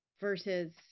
versus